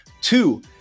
Two